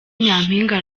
nyaminga